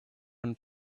and